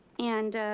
and